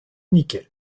nickel